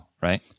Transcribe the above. right